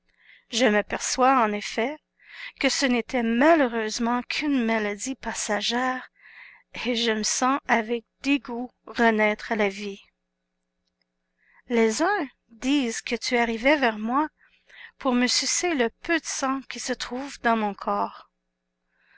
je m'aperçois en effet que ce n'était malheureusement qu'une maladie passagère et je me sens avec dégoût renaître à la vie les uns disent que tu arrivais vers moi pour me sucer le peu de sang qui se trouve dans mon corps